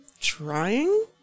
trying